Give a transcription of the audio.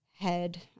head